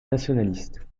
nationaliste